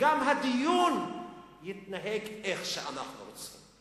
וגם הדיון יתנהל איך שאנחנו רוצים.